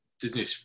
Disney